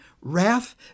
wrath